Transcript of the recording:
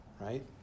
right